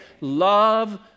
love